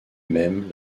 même